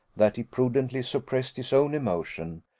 that he prudently suppressed his own emotion,